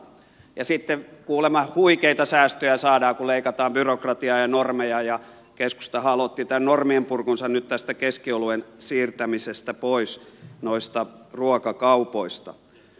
ja sitten kuulemma huikeita säästöjä saadaan kun leikataan byrokratiaa ja normeja ja keskustahan aloitti tämän normienpurkunsa nyt tästä keskioluen siirtämisestä pois ruokakaupoista